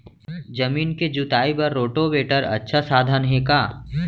जमीन के जुताई बर रोटोवेटर अच्छा साधन हे का?